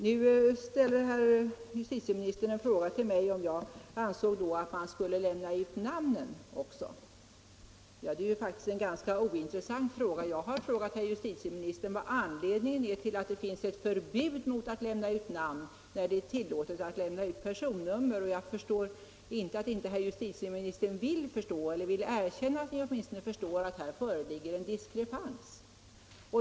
Nu ställer herr justitieministern en fråga till mig om jag anser att man skall lämna ut namnen också. Det är ju faktiskt en ganska ointressant fråga. Jag har frågat herr justitieministern vad anledningen är till att det finns ett förbud mot att lämna ut namn när det är tillåtet att lämna ut personnummer. Jag fattar inte varför inte justitieministern vill förstå eller åtminstone vill erkänna att han förstår att här föreligger en diskrepans.